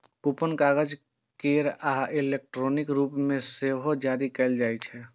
coupon कागज केर आ इलेक्ट्रॉनिक रूप मे सेहो जारी कैल जाइ छै